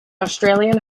australian